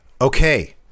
Okay